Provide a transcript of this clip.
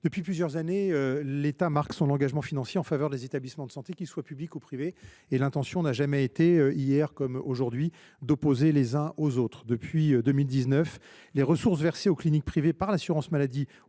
depuis plusieurs années, l’État marque son engagement financier en faveur des établissements de santé, qu’ils soient publics ou privés. L’intention n’a jamais été d’opposer les uns aux autres. Depuis 2019, les ressources versées aux cliniques privées par l’assurance maladie